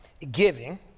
Giving